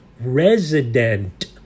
resident